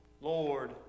Lord